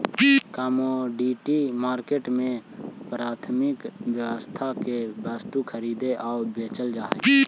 commodity market में प्राथमिक अर्थव्यवस्था के वस्तु खरीदी आऊ बेचल जा हइ